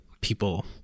people